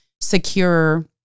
secure